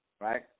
right